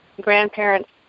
grandparents